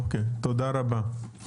תודה רבה.